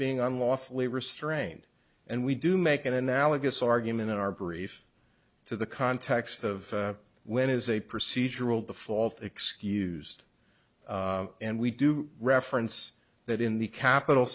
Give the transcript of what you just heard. being unlawfully restrained and we do make an analogous argument in our brief to the context of when is a procedural default excused and we do reference that in the capital